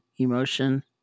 emotion